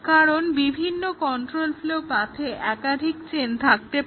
কারণ বিভিন্ন control flow পাথে একাধিক চেইন থাকতে পারে